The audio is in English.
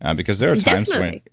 and because there are times like